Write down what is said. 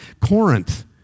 Corinth